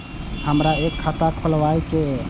हमरा एक खाता खोलाबई के ये?